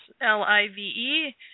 L-I-V-E